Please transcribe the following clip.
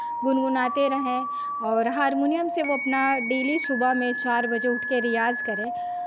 गुनगुनाते रहें और हारमोनियम से वो अपना डेली सुबह में चार बजे उठ के रियाज़ करें